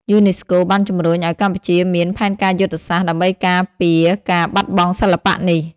យូណេស្កូបានជំរុញឱ្យកម្ពុជាមាន ផែនការយុទ្ធសាស្ត្រ ដើម្បីការពារការបាត់បង់សិល្បៈនេះ។